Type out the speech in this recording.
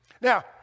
Now